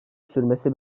sürmesi